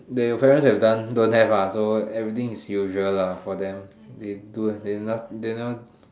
that your parents have done don't have ah so everything is usual lah for them they